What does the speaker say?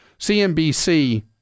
cnbc